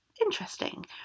interesting